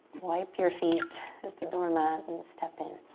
wipe your feet at the doormat and step in.